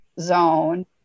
zone